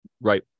right